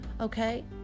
Okay